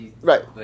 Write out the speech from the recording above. Right